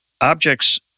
objects